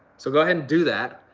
so go ahead and do that.